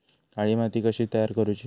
काळी माती कशी तयार करूची?